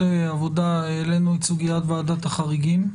עבודה העלינו את סוגיית ועדת החריגים,